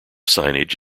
signage